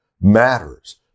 matters